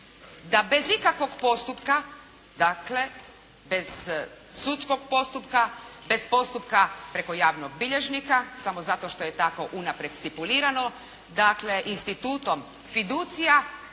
da bez ikakvog postupka, dakle bez sudskog postupka, bez postupka preko javnog bilježnika samo zato što je tako unaprijed stipulirano dakle institutom fiducija